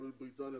כולל בריטניה,